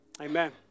Amen